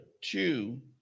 two